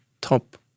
top